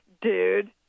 dude